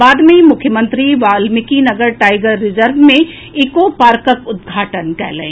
बाद मे मुख्यमंत्री वाल्मिकीनगर टाइगर रिजर्व मे इको पार्कक उद्घाटन कयलनि